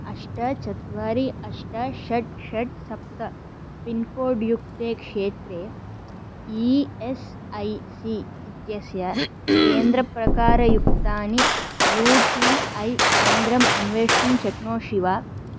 अष्ट चत्वारि अष्ट षड् षड् सप्त पिन्कोड्युक्ते क्षेत्रे ई एस् ऐ सी इत्यस्य केन्द्रप्रकारयुक्तानि यू टी ऐ केन्द्रम् अन्वेष्टुं शक्नोषि वा